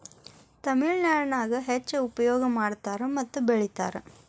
ತಮಿಳನಾಡಿನ್ಯಾಗ ಹೆಚ್ಚಾಗಿ ಉಪಯೋಗ ಮಾಡತಾರ ಮತ್ತ ಬೆಳಿತಾರ